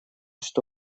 что